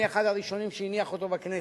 אני אחד הראשונים שהניח אותו בכנסת.